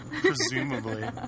presumably